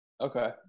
Okay